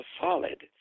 solid